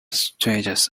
strangest